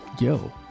yo